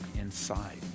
inside